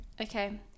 Okay